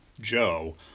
Joe